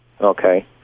Okay